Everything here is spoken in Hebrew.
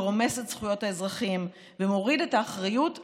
שרומס את זכויות האזרחים ומוריד לחלוטין את האחריות מהמדינה.